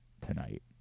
tonight